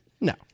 No